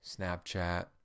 Snapchat